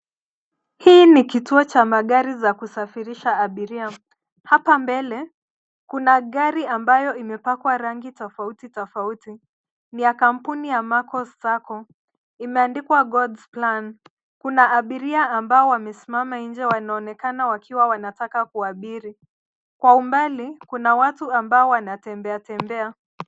Hii ni kituo cha magari cha za kusafirisha abiria, hapa mbele kuna gari ambayo imepakwa rangi tofauti tofauti. Ni ya kampuni ya Maccos Sacco imeandikwa God's Plan. Kuna abiria ambao wamesimama nje wanaonekana wakiwa wanataka kuabiri, kwa umbali kuna watu ambao wanatembea tembea.